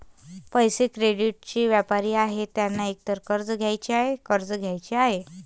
पैसे, क्रेडिटचे व्यापारी आहेत ज्यांना एकतर कर्ज घ्यायचे आहे, कर्ज द्यायचे आहे